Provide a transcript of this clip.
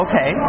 Okay